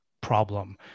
problem